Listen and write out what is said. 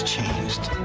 changed,